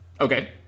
Okay